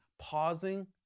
pausing